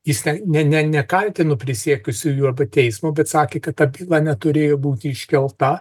jis ne ne nekaltinu prisiekusiųjų arba teismo bet sakė kad ta byla neturėjo būti iškelta